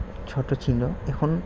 ছোট ছিল এখন